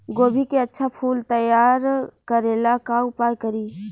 गोभी के अच्छा फूल तैयार करे ला का उपाय करी?